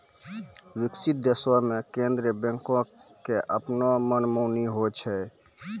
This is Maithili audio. विकसित देशो मे केन्द्रीय बैंको के अपनो मनमानी होय छै